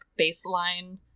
baseline